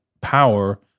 power